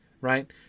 right